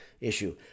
issue